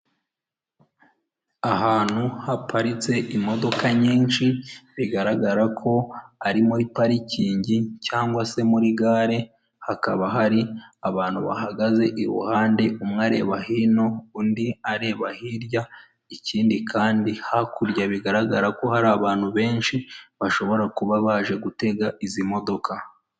Ahantu haparitse imodoka nyinshi bigaragara ko ari muri parikingi cyangwa se muri gare, hakaba hari abantu bahagaze iruhande, umwe areba hino undi areba hirya, ikindi kandi hakurya bigaragara ko hari abantu benshi, bashobora kuba baje gutega izi modoka.